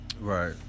right